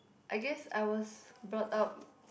I guess I was brought up